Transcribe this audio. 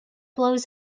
blows